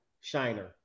shiner